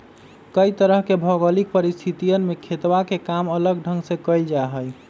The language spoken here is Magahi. कई तरह के भौगोलिक परिस्थितियन में खेतवा के काम अलग ढंग से कइल जाहई